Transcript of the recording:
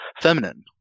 feminine